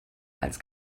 als